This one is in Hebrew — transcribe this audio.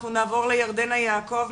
ירדנה יעקב,